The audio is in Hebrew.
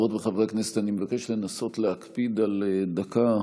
חברות וחברי הכנסת, אני מבקש לנסות להקפיד על דקה.